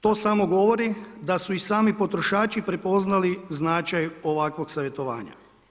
To samo govori da su i sami potrošači prepoznali značaj ovakvog savjetovanja.